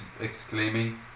exclaiming